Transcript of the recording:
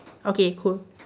okay cool